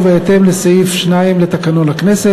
ובהתאם לסעיף 2 לתקנון הכנסת,